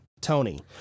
Tony